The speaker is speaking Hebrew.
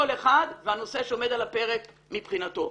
כל אחד והנושא שעומד על הפרק מבחינתו.